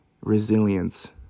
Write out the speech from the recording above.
resilience